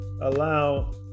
allow